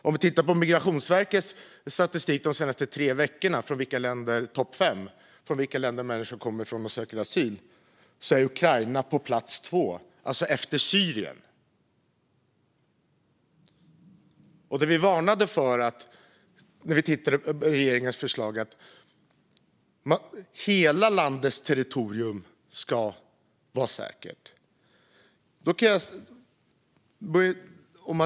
Om vi tittar på Migrationsverkets statistik de senaste tre veckorna gällande vilka länder asylsökande människor kommer från ser vi att Ukraina är på andra plats, efter Syrien. Enligt regeringens förslag ska hela landets territorium vara säkert.